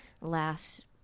last